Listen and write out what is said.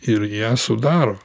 ir ją sudaro